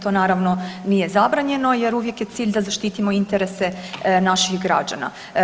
To naravno nije zabranjeno jer uvijek je cilj da zaštitimo interese naših građana.